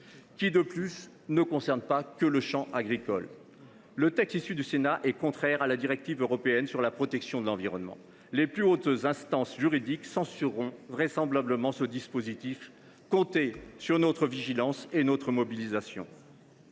choisie ne concerne pas seulement le secteur agricole !–, le texte issu du Sénat est contraire à la directive européenne sur la protection de l’environnement. Les plus hautes instances juridiques censureront vraisemblablement ce dispositif. Comptez sur notre vigilance et notre mobilisation